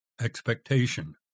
expectation